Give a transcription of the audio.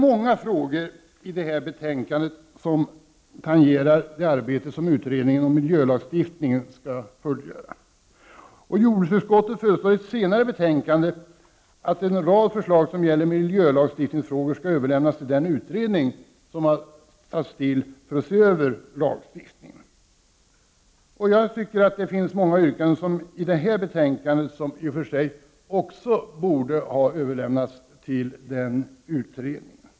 Många frågor i detta betänkande tangerar det arbete som utredningen om miljölagstiftningen skall fullgöra. Jordbruksutskottet föreslår i ett senare betänkande att en rad förslag som gäller miljölagstiftningsfrågor skall överlämnas till den utredning som har tillsatts för att se över lagstiftningen. Jag tycker att även många yrkanden i detta betänkande borde ha överlämnats till den utredningen.